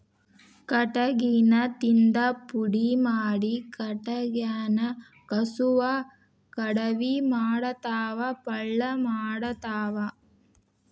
ಕಟಗಿನ ತಿಂದ ಪುಡಿ ಮಾಡಿ ಕಟಗ್ಯಾನ ಕಸುವ ಕಡಮಿ ಮಾಡತಾವ ಪಳ್ಳ ಮಾಡತಾವ